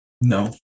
No